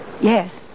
Yes